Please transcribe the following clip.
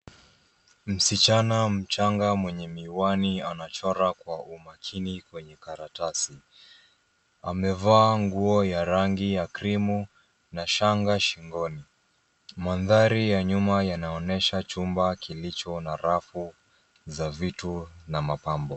Msichana mchanga mwenye miwani anachora kwa umakini kwenye karatasi. Amevaa nguo ya rangi ya krimu na shanga shingoni. Mandhari ya nyuma yanaonyesha chumba kilicho na rafu za vitu na mapambo.